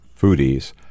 foodies